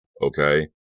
Okay